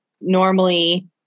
Normally